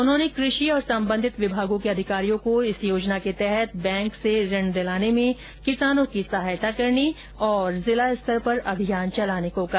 उन्होंने कृषि तथा सम्बन्धित विभागों के अधिकारियों को इस योजना के तहत बैंक से ऋण दिलाने में किसानों की सहायता करने तथा जिला स्तर पर अभियान चलाने को कहा